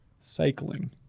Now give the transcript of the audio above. Cycling